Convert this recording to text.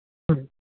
ꯑ